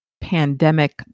pandemic